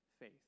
faith